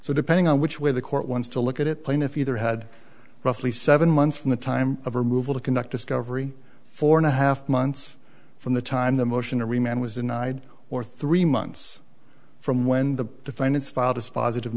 so depending on which way the court wants to look at it plaintiff either had roughly seven months from the time of removal to conduct discovery four and a half months from the time the motion to remain was denied or three months from when the defendants filed dispositive